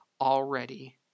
already